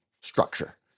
structure